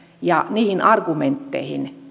ja niihin argumentteihin